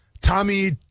Tommy